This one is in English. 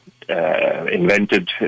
invented